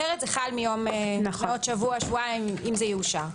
אחרת זה חל מעוד שבוע, שבועיים אם יאושר.